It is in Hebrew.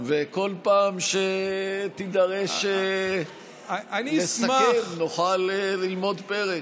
ובכל פעם שתידרש לסכם נוכל ללמוד עוד פרק.